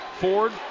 Ford